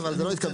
אבל זה לא התקבל.